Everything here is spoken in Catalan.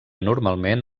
normalment